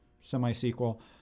semi-sequel